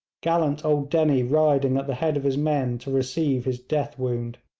gallant old dennie riding at the head of his men to receive his death wound.